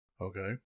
Okay